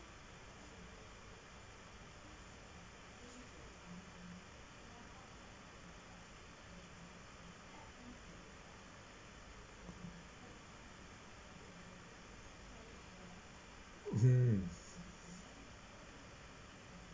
mmhmm